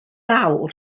awr